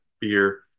beer